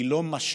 היא לא משלה,